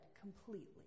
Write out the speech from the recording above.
completely